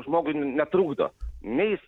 žmogui netrukdo nei jis